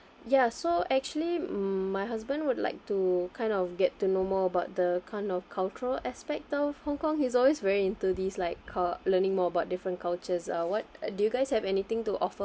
ya so actually my husband would like to kind of get to know more about the kind of cultural aspect of hong kong he's always very into these like cul~ learning more about different cultures uh what do you guys have anything to offer